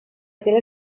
aquell